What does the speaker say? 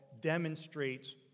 demonstrates